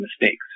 mistakes